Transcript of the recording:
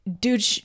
Dude